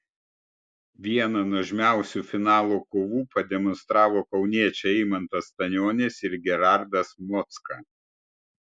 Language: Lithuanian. vieną nuožmiausių finalo kovų pademonstravo kauniečiai eimantas stanionis ir gerardas mocka